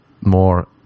more